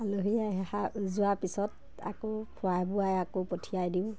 আলহী সা যোৱা পিছত আকৌ খোৱাই বোৱাই আকৌ পঠিয়াই দিওঁ